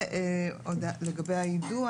ולגבי היידוע